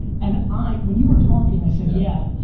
and i. when you were talking i said yeah,